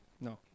No